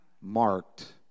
Marked